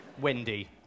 Wendy